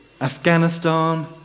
Afghanistan